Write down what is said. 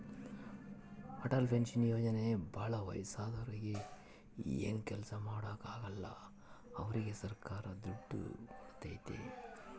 Atal pension ಯೋಜನೆ ಭಾಳ ವಯಸ್ಸಾದೂರಿಗೆ ಏನು ಕೆಲ್ಸ ಮಾಡಾಕ ಆಗಲ್ಲ ಅವ್ರಿಗೆ ಸರ್ಕಾರ ದುಡ್ಡು ಕೋಡ್ತೈತಿ